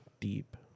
Deep